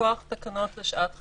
מכוח תקנות לשעת חירום,